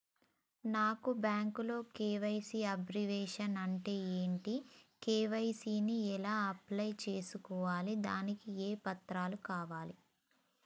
నాకు బ్యాంకులో KYC abbreviation అంటే ఏంటి కే.వై.సీ ని ఎలా అప్లై చేసుకోవాలి దానికి ఏ పత్రాలు కావాలి?